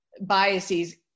biases